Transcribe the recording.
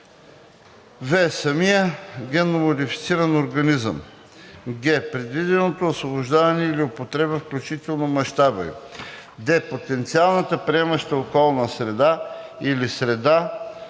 в) самия генномодифициран организъм; г) предвиденото освобождаване или употреба, включително мащаба им; д) потенциалната приемаща околна среда или среди,